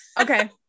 okay